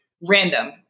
Random